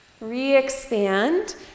Re-expand